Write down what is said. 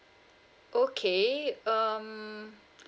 okay um